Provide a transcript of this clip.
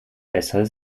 besser